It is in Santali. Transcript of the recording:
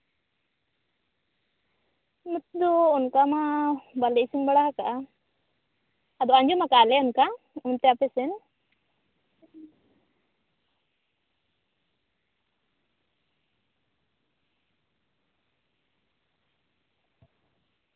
ᱱᱚᱛᱮ ᱫᱚ ᱚᱱᱠᱟ ᱢᱟ ᱵᱟᱞᱮ ᱤᱥᱤᱱ ᱵᱟᱲᱟ ᱟᱠᱟᱫᱼᱟ ᱟᱫᱚ ᱟᱸᱡᱚᱢᱟᱠᱟᱫᱼᱟ ᱞᱮ ᱚᱱᱠᱟ ᱚᱱᱛᱮ ᱟᱯᱮ ᱥᱮᱱ